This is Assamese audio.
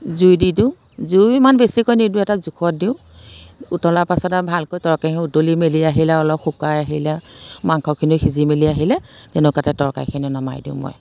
জুই দি দিওঁ জুই ইমান বেছিকৈ নিদিওঁ এটা জোখত দিওঁ উতলাৰ পাছত আৰু ভালকৈ তৰকাৰীখন উতলি মেলি আহিলে আৰু অলপ শুকাই আহিলে আৰু মাংসখনিও সিজি মেলি আহিলে তেনেকুৱাতে তৰকাৰীখিনি নমাই দিওঁ মই